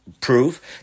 proof